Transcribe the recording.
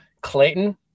Clayton